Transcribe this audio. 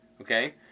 Okay